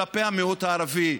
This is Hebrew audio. כלפי המיעוט הערבי.